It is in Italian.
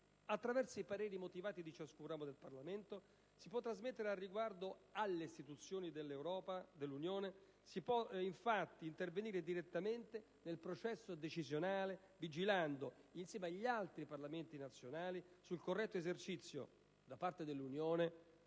Attraverso pareri motivati, ciascun ramo del Parlamento può trasmettere al riguardo alle istituzioni dell'Unione europea le proprie valutazioni, e può intervenire direttamente nel processo decisionale, vigilando insieme agli altri Parlamenti nazionali sul corretto esercizio, da parte dell'Unione,